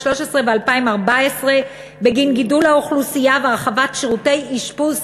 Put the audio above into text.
ו-2014 בגין גידול האוכלוסייה והרחבת שירותי אשפוז סיעודי,